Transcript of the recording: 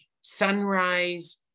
sunrise